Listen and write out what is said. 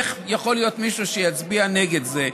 איך יכול להיות שמישהו יצביע נגד זה?